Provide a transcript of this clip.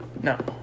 No